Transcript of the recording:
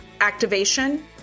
activation